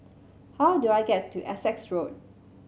how do I get to Essex Road